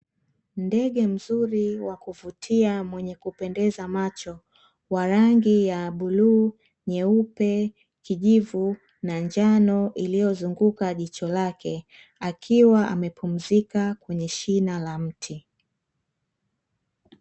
Ndege mzuri wa kuvutia, mwenye kupendeza macho, wa rangi ya buluu, nyeupe , kijivu, na njano, iliyozunguka jicho lake, akiwa amepumzika kwenye shina la mti.